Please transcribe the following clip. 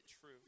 true